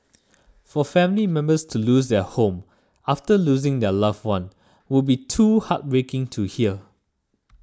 for family members to lose their home after losing their loved one would be too heartbreaking to hear